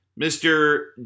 Mr